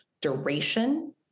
duration